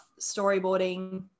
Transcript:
storyboarding